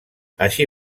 així